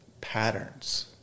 patterns